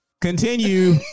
Continue